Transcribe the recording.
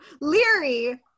Leary